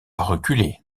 reculer